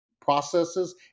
processes